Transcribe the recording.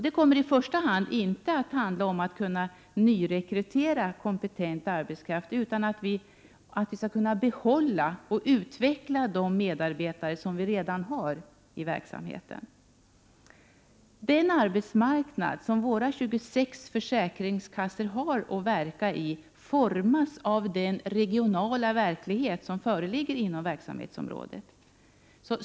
Det kommer i första hand inte att handla om att man skall kunna nyrekrytera kompetent arbetskraft utan om att man skall kunna behålla och utveckla de medarbetare som redan finns i verksamheten. Den arbetsmarknad som våra 26 försäkringskassor har att verka i formas av den regionala verklighet som föreligger inom verksamhetsområdet.